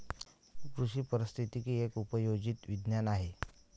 कृषी पारिस्थितिकी एक उपयोजित विज्ञान आहे